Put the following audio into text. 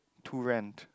to rent